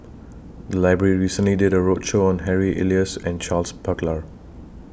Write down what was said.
The Library recently did A roadshow on Harry Elias and Charles Paglar